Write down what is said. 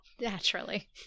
Naturally